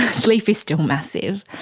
sleep is still massive,